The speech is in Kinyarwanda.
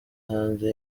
hanze